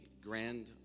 Grand